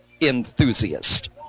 enthusiast